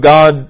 God